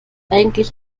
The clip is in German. eigentlich